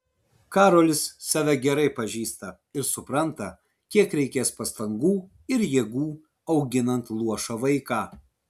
karolis save gerai pažįsta ir supranta kiek reikės pastangų ir jėgų auginant luošą vaiką